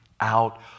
out